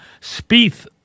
Spieth